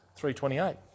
3.28